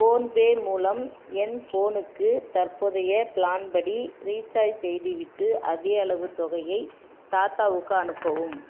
PhonePe மூலம் என் ஃபோனுக்கு தற்போதைய ப்ளான் படி ரீசார்ஜ் செய்துவிட்டு அதே அளவு தொகையை தாத்தாவுக்கு அனுப்பவும்